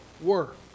work